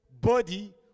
body